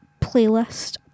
playlist